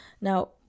Now